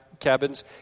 cabins